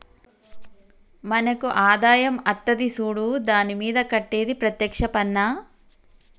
మనకు ఆదాయం అత్తది సూడు దాని మీద కట్టేది ప్రత్యేక్ష పన్నా